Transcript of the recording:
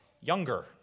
younger